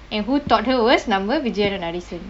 and who taught her was நம்ம:namma vijaya nadesan